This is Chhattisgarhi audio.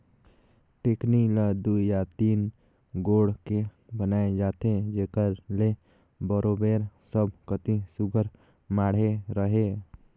टेकनी ल दुई या तीन गोड़ के बनाए जाथे जेकर ले बरोबेर सब कती सुग्घर माढ़े रहें